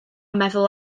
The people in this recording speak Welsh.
meddwl